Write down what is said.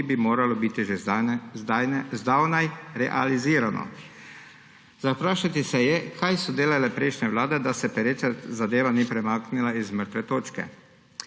ki bi moralo biti že zdavnaj realizirano. Vprašati se je treba, kaj so delale prejšnje vlade, da se pereča zadeva ni premaknila z mrtve točke.